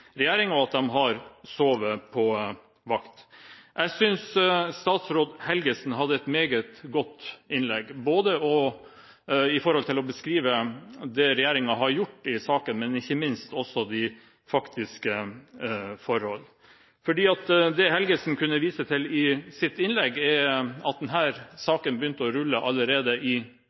og at de har sovet på vakt. Jeg synes statsråd Helgesen hadde et meget godt innlegg, både når det gjaldt å beskrive det regjeringen har gjort i saken, og ikke minst også de faktiske forhold. Det Helgesen kunne vise til i sitt innlegg, er at denne saken begynte å rulle allerede i 2012, og ikke minst viste han til det som skjedde i august i